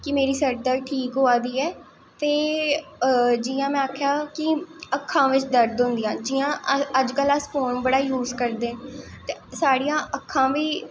कि मेरी सरदर्द ठीक होआ दी ऐ ते जि'यां में आखेआ कि अक्खां बिच दर्द होंदियां जि'यां अज्ज कल अस फोन बड़ा यूज करदे ते साढ़ियां अक्खां बी